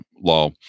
law